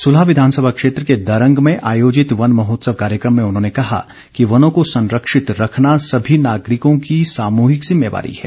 सुलह विधानसभा क्षेत्र के दरंग में आयोजित वन महोत्सव कार्यक्रम में उन्होंने कहा कि वनों को संरक्षित रखना सभी नागरिकों की सामूहिक जिम्मेवारी है